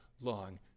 long